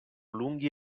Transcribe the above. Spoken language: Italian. lunghi